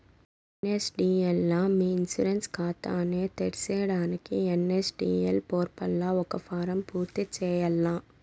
NSDL లా మీ insurance కాతాని తెర్సేదానికి ఎన్.ఎస్.డి.ఎల్ పోర్పల్ల ఒక ఫారం పూర్తి చేయాల్ల